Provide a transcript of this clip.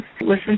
listen